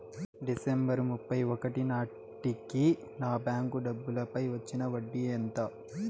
December ముప్పై ఒకటి నాటేకి నా బ్యాంకు డబ్బుల పై వచ్చిన వడ్డీ ఎంత?